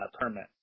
permit